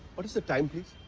what is the time please?